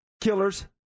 killers